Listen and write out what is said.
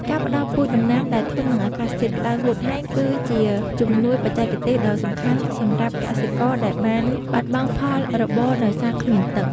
ការផ្តល់ពូជដំណាំដែលធន់នឹងអាកាសធាតុក្តៅហួតហែងគឺជាជំនួយបច្ចេកទេសដ៏សំខាន់សម្រាប់កសិករដែលបានបាត់បង់ផលរបរដោយសារគ្មានទឹក។